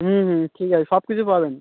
হুম হুম ঠিক আছে সব কিছু পাবেন